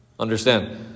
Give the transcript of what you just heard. Understand